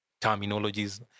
terminologies